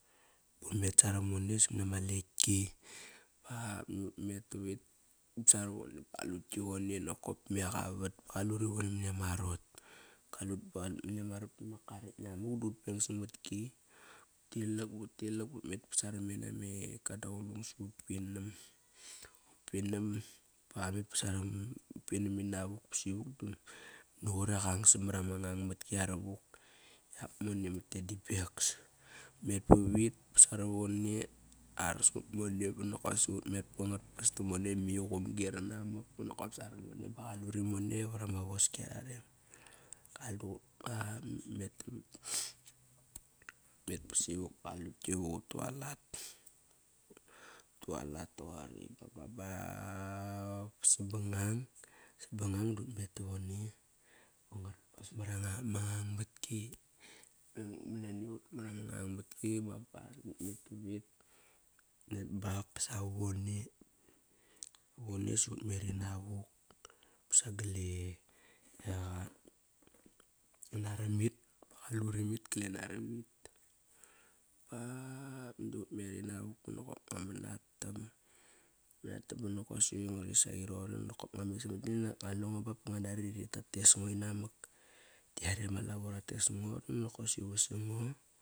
Un met saram mone samani ama letki ba nakt ut met tavit sarovone ba qalut ki vone nokop. Ma eqa avat qaluri vone mania ma arot. Kalut ba qalut mania ma arot bama kar ekt namuk dut peng samat ki. Ut tilak, ba utilak but met saram mena me kadaulung sut pinam. Ut pinam ut pinam ina vuk ba sivuk du qure qang samani ama ngang matki yaravuk. Yak mone mat e dipex. Utmet pavit ba sarovone arsut mone banokosy banokosi ut met pangat pas tamone ma qumgi ranamakba nokop saromone ba qalur mone var rama voski ara rem. Kalut ba nakt ut met tavit, utmet ba sai vuk ba qalut ki vuk utu alat. Utualat toqori bababap ba sabangang sabangang dut met ta vone vat ngat pas mara ma ngang matki man nani ut mara ma ngang matki baba nakt ut met tavit ba ba savav vone. Savone sa utmeri navuk. Sagal e eqa me naramit. Ba qale ut imit gal e naramit ba banop ut meri navuk ba nokop ngua man atam. Ngua manatam banokop si ngari saqe roqori, nokop ngua mes ma gilini nokop qalengo bap inak nguanari rat tes ngo inamak. Di yare ma lavo ra tes ngo, dinokosi vas sa ngo.